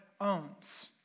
owns